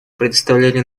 предоставление